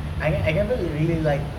I I never really like